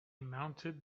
mounted